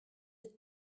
êtes